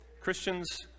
Christians